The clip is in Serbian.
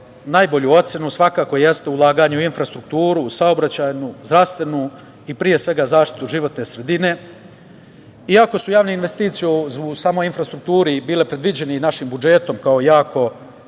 najbolju ocenu svakako jeste ulaganje u infrastrukturu, u saobraćajnu, zdravstvenu i pre svega zaštitu životne sredine. Iako su javne investicije u samoj infrastrukturi bile predviđene i našim budžetom, bile